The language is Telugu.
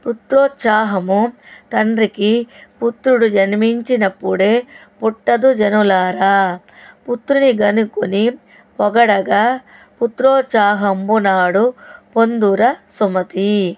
పుత్రోత్సాహము తండ్రికి పుత్రుడు జన్మించినప్పుడే పుట్టదు జనులారా పుత్రుడిగనికొని పొగడగా పుత్రోత్సాహంబు నాడు పొందుర సుమతీ